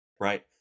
right